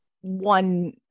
one